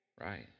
right